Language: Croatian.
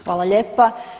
Hvala lijepa.